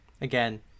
again